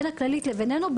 בין הכללית לביננו,